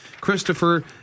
Christopher